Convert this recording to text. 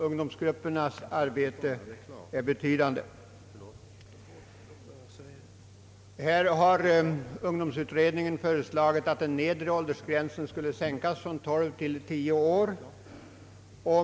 Ungdomsutredningen har föreslagit en sänkning av den nedre åldersgränsen för deltagande i statsbidragsberättigad fritidsgrupp från 12 till 10 år.